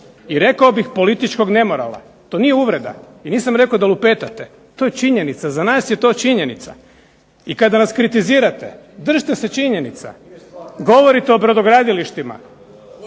i rekao bih političkog nemorala. To nije uvreda. I nisam rekao da lupetate. To je činjenica, za nas je to činjenica. I kada nas kritizirate, držite se činjenica. Govorite o brodogradilištima.